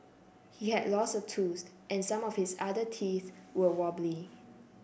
he had lost a tooth and some of his other teeth were wobbly